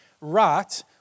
right